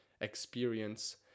experience